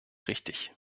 richtig